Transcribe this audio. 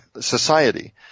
society